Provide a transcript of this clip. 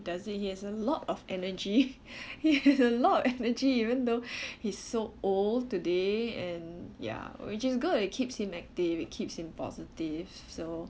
does he has a lot of energy he has a lot of energy even though he's so old today and ya which is good it keeps him active and keeps him positive so